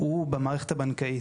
הוא במערכת הבנקאית.